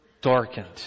darkened